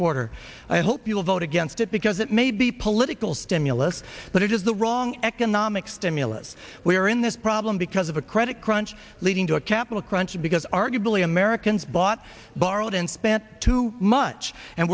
quarter i hope you'll vote against it because it may be political stimulus but it is the wrong economic stimulus we are in this problem because of a credit crunch leading to a capital crunch because arguably americans bought borrowed and spent too much and